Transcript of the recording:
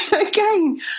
again